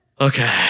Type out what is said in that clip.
Okay